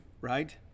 right